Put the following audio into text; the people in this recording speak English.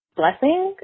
blessing